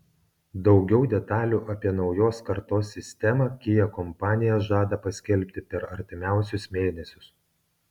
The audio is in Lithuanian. daugiau detalių apie naujos kartos sistemą kia kompanija žada paskelbti per artimiausius mėnesius